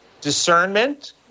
Discernment